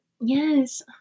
Yes